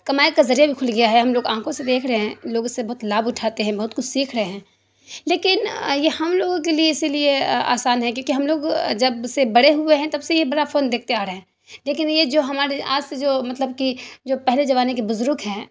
کمائی کا ذریعہ بھی کھل گیا ہے ہم لوگ آنکھوں سے دیکھ رہے ہیں لوگ اس سے بہت لابھ اٹھاتے ہیں بہت کچھ سیکھ رہے ہیں لیکن یہ ہم لوگوں کے لیے اسی لیے آسان ہے کیونکہ ہم لوگ جب سے بڑے ہوئے ہیں تب سے یہ بڑا فون دیکھتے آ رہے ہیں لیکن یہ جو ہمارے آج سے جو مطلب کہ جو پہلے زمانے کے بزرگ ہیں